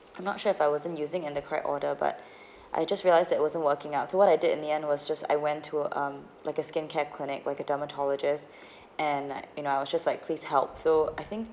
I'm not sure if I wasn't using in the correct order but I just realised that wasn't working out so what I did in the end was just I went to um like a skincare clinic like a dermatologist and like you know I was just like please help so I think